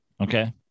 Okay